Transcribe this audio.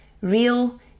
real